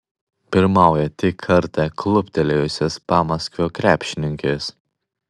pirmauja tik kartą kluptelėjusios pamaskvio krepšininkės